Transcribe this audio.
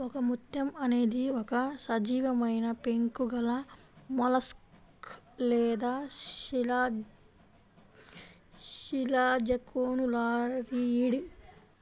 ఒకముత్యం అనేది ఒక సజీవమైనపెంకు గలమొలస్క్ లేదా శిలాజకోనులారియిడ్